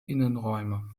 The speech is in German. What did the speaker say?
innenräume